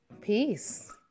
peace